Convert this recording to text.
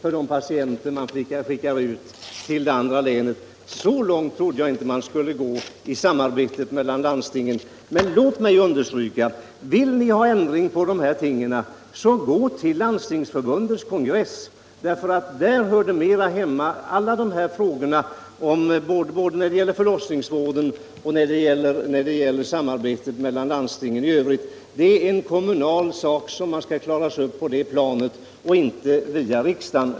Ja, någonting annat var väl ändå aldrig meningen. Så långt trodde jag inte man skulle gå i samarbetet mellan landstingen. Men låt mig understryka vad jag sade förut: Vill ni ha en ändring till stånd så gå till Landstingsförbundets kongress! Där hör både frågan om förlossningsvården och frågan om samarbetet mellan landstingen hemma. Det är kommunala frågor som skall klaras upp på det planet och inte via riksdagen.